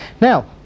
Now